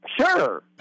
Sure